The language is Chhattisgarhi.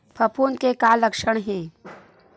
फफूंद के का लक्षण हे?